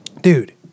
Dude